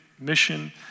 mission